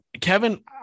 Kevin